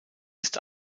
ist